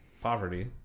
poverty